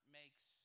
makes